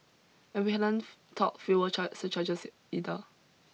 and we haven't talked fuel charge surcharges either